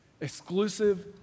Exclusive